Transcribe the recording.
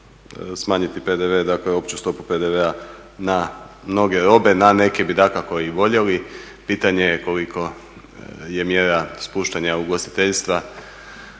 smanjiti PDV, dakle opću stopu PDV-a na …, na neke bi dakako i voljeli. Pitanje je koliko je mjera spuštanja ugostiteljstva,